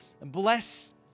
bless